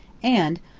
and,